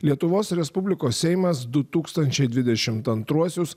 lietuvos respublikos seimas du tūkstančiai dvidešimt antruosius